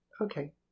Okay